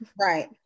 Right